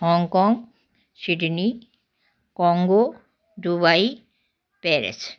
Hong Kong Sydney Congo Dubai Paris